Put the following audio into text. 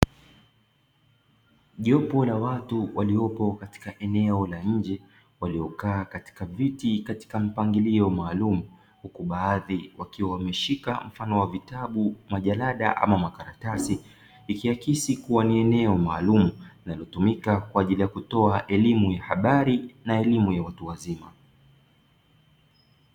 Jopo la watu waliopo katika eneo la nje waliokaa katika viti katika mpangilio maalumu huku baadhi wakiwa wameshika mfano wa vitabu, majadala ama makaratasi ikiakisi kuwa ni eneo maalumu linalotumika kwa ajili ya kutoa elimu ya habari na elimu ya watu wazima.